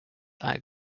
are